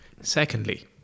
Secondly